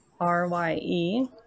R-Y-E